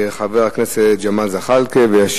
חבר הכנסת דב חנין, בבקשה.